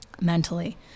mentally